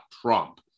trump